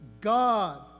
God